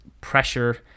pressure